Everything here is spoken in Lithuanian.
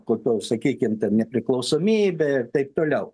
kokia sakykim ten nepriklausomybė ir taip toliau